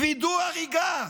וידוא הריגה,